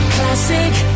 Classic